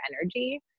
energy